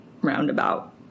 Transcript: roundabout